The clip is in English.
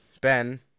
Ben